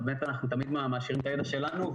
ובאמת אנחנו תמיד מעשירים את הידע שלנו,